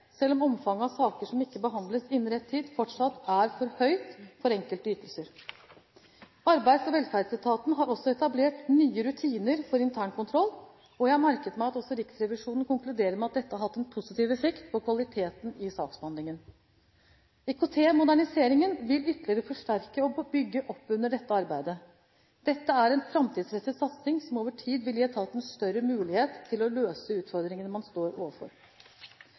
selv om omfanget av saker som ikke behandles innen rett tid, fortsatt er for høyt for enkelte ytelser. Arbeids- og velferdsetaten har også etablert nye rutiner for internkontroll, og jeg har merket meg at også Riksrevisjonen konkluderer med at dette har hatt en positiv effekt på kvaliteten i saksbehandlingen. IKT-moderniseringen vil ytterligere forsterke og bygge opp under dette arbeidet. Dette er en framtidsrettet satsing som over tid vil gi etaten større mulighet til å løse utfordringene man står overfor.